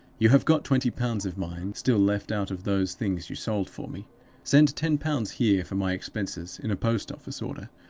you have got twenty pounds of mine still left out of those things you sold for me send ten pounds here for my expenses, in a post-office order,